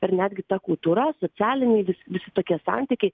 ir netgi ta kultūra socialiniai vis visi tokie santykiai